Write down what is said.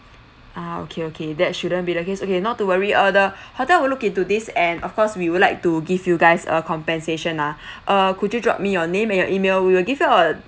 ah okay okay that shouldn't be the case okay not to worry uh the hotel will look into this and of course we would like to give you guys a compensation lah uh could you drop me your name and your email we will give you a